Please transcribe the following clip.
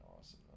awesome